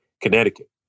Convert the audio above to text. Connecticut